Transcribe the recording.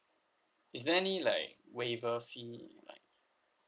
is there any like waiver fee like